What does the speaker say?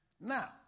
Now